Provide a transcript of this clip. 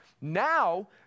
Now